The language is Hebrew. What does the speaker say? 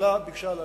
הממשלה ביקשה לאשר.